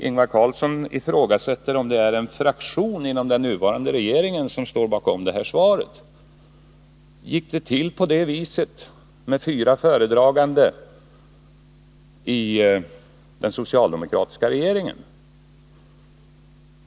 Ingvar Carlsson ifrågasätter om det är en fraktion inom den nuvarande regeringen som står bakom det nu lämnade svaret. Gick det till på det sättet när den socialdemokratiska regeringen hade fyra föredragande i samma ärende?